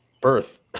birth